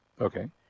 Okay